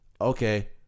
okay